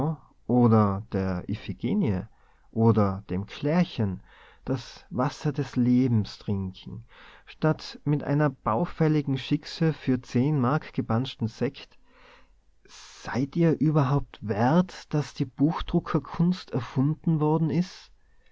oder der iphigenie oder dem klärchen das wasser des lebens trinken statt mit einer baufälligen schickse für zehn mark gepanschten sekt seid ihr überhaupt wert daß die buchdruckerkunst erfunden worden is